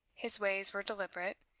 his ways were deliberate,